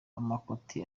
amakoti